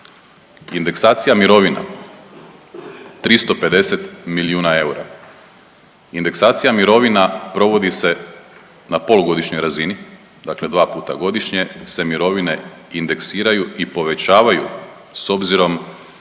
Indeksacija mirovina 350 milijuna eura, indeksacija mirovina provodi se na polugodišnjoj razini, dakle dva puta godišnje se mirovine indeksiraju i povećavaju s obzirom